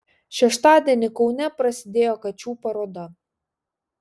šeštadienį kaune prasidėjo kačių paroda